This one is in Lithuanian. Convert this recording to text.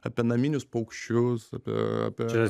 apie naminius paukščius apie apie